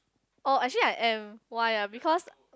oh actually I am why ah because